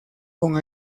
con